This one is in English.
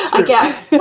i guess.